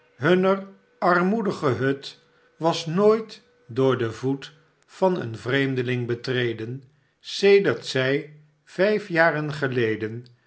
hunner armoedige hut was nooit door den voet van een vreemdeling betreden sedert zij vijf jaren geleden